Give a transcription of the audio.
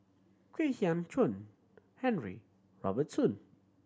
Kwek Hian Chuan Henry Robert Soon